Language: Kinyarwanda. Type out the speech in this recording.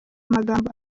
amagambo